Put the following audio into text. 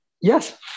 Yes